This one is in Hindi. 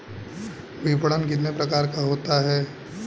विपणन कितने प्रकार का होता है?